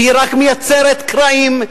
היא רק מייצרת קרעים,